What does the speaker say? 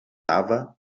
usava